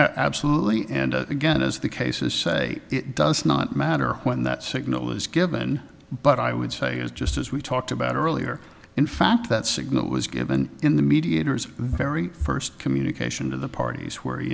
absolutely and again as the cases say it does not matter when that signal is given but i would say is just as we talked about earlier in fact that signal was given in the mediator's very first communication to the parties where he